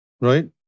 Right